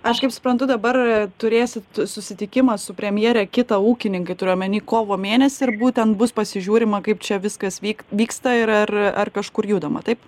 aš kaip suprantu dabar turėsit susitikimą su premjere kita ūkininkai turiu omeny kovo mėnesį ir būtent bus pasižiūrima kaip čia viskas vyk vyksta ir ar ar kažkur judama taip